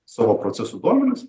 savo procesų duomenis